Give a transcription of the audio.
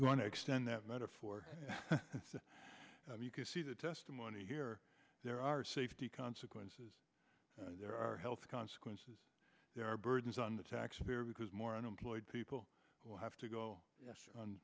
want to extend that metaphor you can see the testimony here there are safety consequences there are health consequences there are burdens on the taxpayer because more unemployed people will have to go on